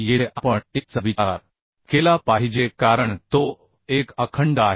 येथे आपण 1 चा विचार केला पाहिजे कारण तो एक अखंड आहे